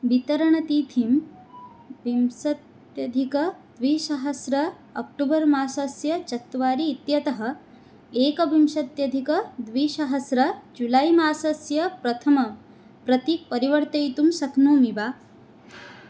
वितरणतिथिं विंशत्यधिकद्विसहस्रम् अक्टोबर् मासस्य चत्वारि इत्यतः एकविंशत्यधिकद्विसहस्रं जुलै मासस्य प्रथमं प्रति परिवर्तयितुं शक्नोमि वा